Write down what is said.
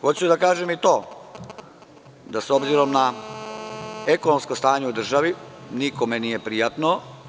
Hoću da kažem i to da, s obzirom na ekonomsko stanje u državi, nikome nije prijatno.